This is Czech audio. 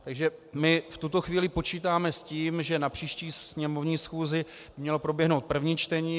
Takže my v tuto chvíli počítáme s tím, že na příští sněmovní schůzi by mělo proběhnout první čtení.